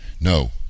No